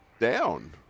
down